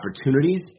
opportunities